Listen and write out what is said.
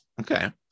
Okay